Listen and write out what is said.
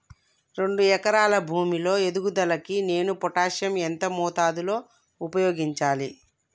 రెండు ఎకరాల భూమి లో ఎదుగుదలకి నేను పొటాషియం ఎంత మోతాదు లో ఉపయోగించాలి?